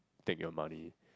take your money